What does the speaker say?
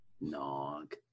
Nog